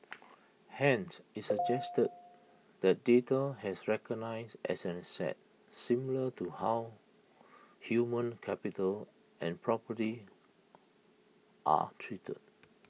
hence IT suggested that data has recognised as an asset similar to how human capital and property are treated